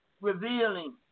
revealing